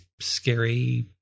scary